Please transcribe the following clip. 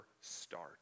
start